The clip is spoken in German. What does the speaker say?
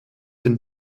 den